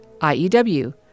IEW